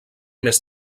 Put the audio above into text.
més